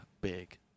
big